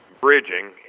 bridging